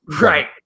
right